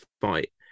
fight